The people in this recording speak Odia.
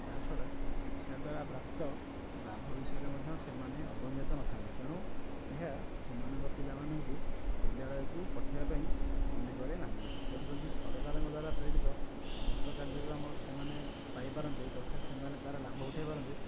ତା ଛଡ଼ା ଶିକ୍ଷା ଦ୍ଵାରା ପ୍ରାପ୍ତ ଲାଭ ବିଷୟରେ ମଧ୍ୟ ସେମାନେ ଅବଂଗ୍ୟତ ନଥାନ୍ତି ତେଣୁ ଏହା ସେମାନଙ୍କ ପିଲାମାନଙ୍କୁ ବିଦ୍ୟାଳୟକୁ ପଠାଇବା ପାଇଁ ମନେ କରେ ନାହିଁ ତେଣୁ ଯଦି ସରକାରଙ୍କ ଦ୍ଵାରା ପ୍ରେରିତ ସମସ୍ତ କାର୍ଯ୍ୟକ୍ରମ ସେମାନେ ପାଇପାରନ୍ତେ ତଥା ସେମାନେ ତାର ଲାଭ ଉଠାଇ ପାରନ୍ତେ